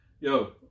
Yo